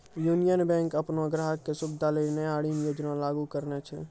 union Bank अपनो ग्राहको के सुविधा लेली नया ऋण योजना लागू करने छै